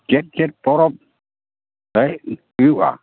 ᱪᱮᱫ ᱪᱮᱫ ᱯᱚᱨᱚᱵᱽ ᱛᱮᱦᱮᱧ ᱦᱩᱭᱩᱜ ᱟ